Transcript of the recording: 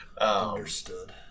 Understood